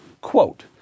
Quote